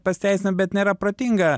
pasiteisina bet nėra protinga